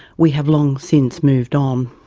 we have long since moved um